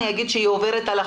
אני אגיד שהיא עוברת על החוק.